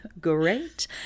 great